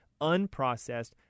unprocessed